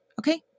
Okay